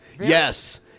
Yes